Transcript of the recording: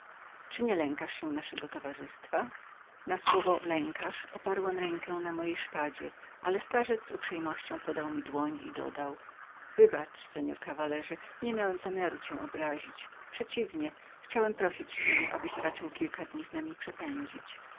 czy nie lękasz się naszego towarzystwa na to słowo lękasz oparłem rękę na mojej szpadzie ale starzec z uprzejmością podał mi dłoń i dodał wybacz pan nie miałem zamiaru cię obrazić przeciwnie chciałem prosić cię abyś raczył kilka dni z nami przepędzić